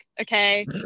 okay